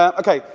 um ok,